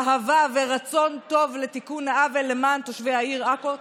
אהבה ורצון טוב לתיקון העוול למען תושבי העיר עכו,